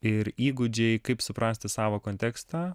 ir įgūdžiai kaip suprasti savo kontekstą